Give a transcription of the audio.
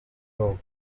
dog